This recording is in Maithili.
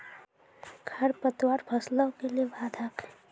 खडपतवार फसलों के लिए बाधक हैं?